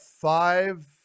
five